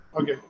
Okay